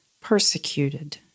persecuted